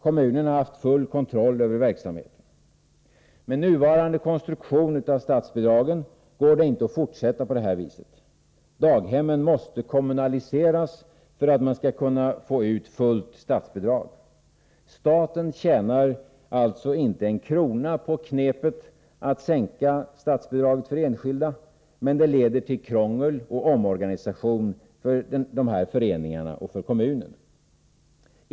Kommunen har haft full kontroll över verksamheten. Med nuvarande konstruktion av statsbidragen går det inte att fortsätta på detta vis. Daghemmen måste kommunaliseras för att man skall få ut fullt statsbidrag. Staten tjänar alltså inte en krona på knepet att sänka statsbidraget för enskilda, men det leder till krångel och omorganisation för dessa föreningar och för kommunerna.